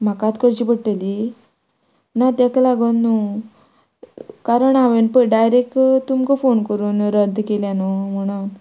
म्हाकाच करची पडटली ना तेका लागोन न्हू कारण हांवेंन पय डायरेक्ट तुमकां फोन करून रद्द केल्या न्हू म्हणोन